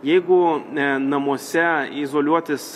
jeigu namuose izoliuotis